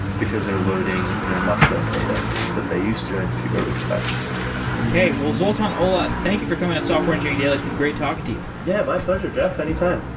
because they're loading much less data that they used to and fewer requests okay. well zoltan olah, thank you for coming on software engineering daily. it's been great talking to you yeah, my pleasure jeff. any time